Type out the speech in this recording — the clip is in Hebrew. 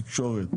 משרד התקשורת,